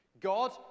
God